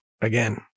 again